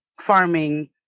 farming